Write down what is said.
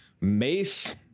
Mace